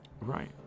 Right